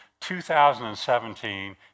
2017